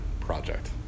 project